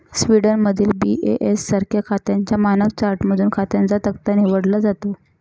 स्वीडनमधील बी.ए.एस सारख्या खात्यांच्या मानक चार्टमधून खात्यांचा तक्ता निवडला जातो